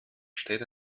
steht